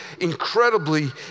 incredibly